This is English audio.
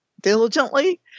diligently